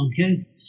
okay